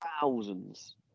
thousands